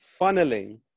funneling